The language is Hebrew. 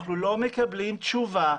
אנחנו לא מקבלים תשובה.